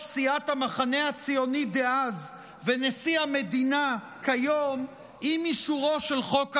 סיעת המחנה הציוני דאז ונשיא המדינה כיום עם אישורו של חוק ההדחה: